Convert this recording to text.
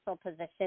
position